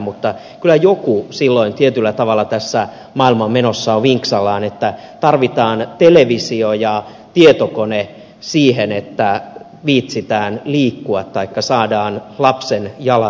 mutta kyllä joku silloin tietyllä tavalla tässä maailman menossa on vinksallaan että tarvitaan televisio ja tietokone siihen että viitsitään liikkua taikka saadaan lapsen jalat liikkumaan